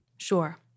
Sure